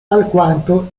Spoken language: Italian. alquanto